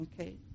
Okay